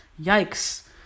yikes